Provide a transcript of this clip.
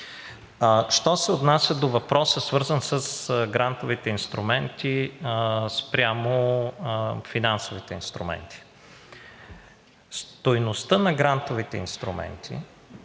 Що се отнася до въпроса, свързан с грантовите инструменти спрямо финансовите инструменти. Стойността на грантовите инструменти